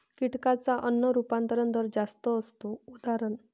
कीटकांचा अन्न रूपांतरण दर जास्त असतो, उदा